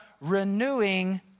renewing